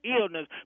illness